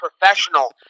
professional